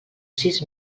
sis